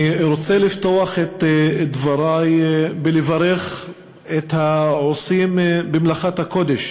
אני רוצה לפתוח את דברי ולברך את העושים במלאכת הקודש